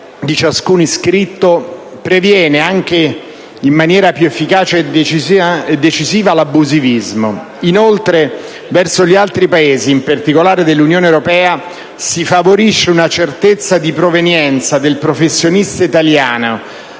la professione, previene in maniera più efficace e decisiva l'abusivismo. Inoltre, verso gli altri Paesi, in particolare dell'Unione europea, si favorisce una certezza di provenienza del professionista italiano,